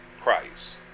Christ